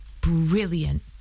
brilliant